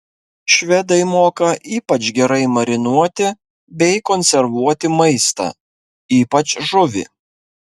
švedai moka ypač gerai marinuoti bei konservuoti maistą ypač žuvį